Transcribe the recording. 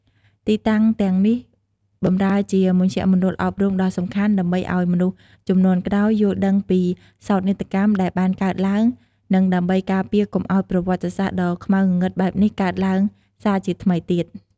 ទីតាំងទាំងនេះបម្រើជាមជ្ឈមណ្ឌលអប់រំដ៏សំខាន់ ដើម្បីឱ្យមនុស្សជំនាន់ក្រោយយល់ដឹងពីសោកនាដកម្មដែលបានកើតឡើង និងដើម្បីការពារកុំឱ្យប្រវត្តិសាស្ត្រដ៏ខ្មៅងងឹតបែបនេះកើតឡើងសារជាថ្មីទៀត។